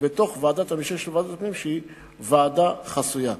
בתוך ועדת המשנה של ועדת הפנים, שהיא ועדה חסויה.